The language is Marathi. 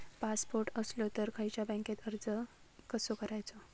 पासपोर्ट असलो तर खयच्या बँकेत अर्ज कसो करायचो?